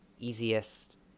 easiest